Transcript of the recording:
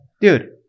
dude